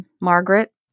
Margaret